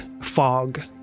fog